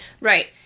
Right